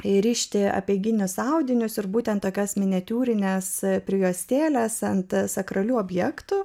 įrišti apeiginius audinius ir būtent tokios miniatiūrinės prijuostėlės centą sakralių objektų